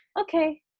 okay